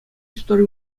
истори